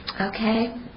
Okay